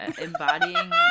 embodying